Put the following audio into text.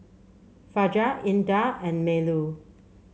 Fajar Indah and Melur